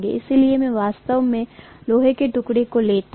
इसलिए मैं वास्तव में लोहे के टुकड़े को लेता हूं